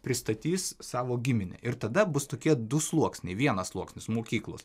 pristatys savo giminę ir tada bus tokie du sluoksniai vienas sluoksnis mokyklos